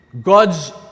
God's